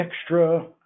extra